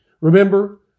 Remember